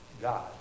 God